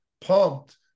pumped